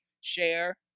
share